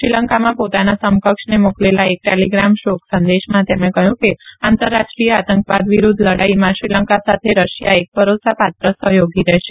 શ્રીલંકામાં પોતાના સમકક્ષને મોકલેલા એક ોલીગ્રામ શોક સંદેશમાં તેમણે કહયું કે આંતરરાષ્ટ્રીય આતંકવાદ વિરૂધ્ધ લડાઈમાં શ્રીલંકા સાથે રશિયા એક ભરોસાપાત્ર સહયોગી રહેશે